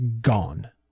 gone